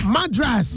Madras